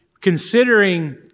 considering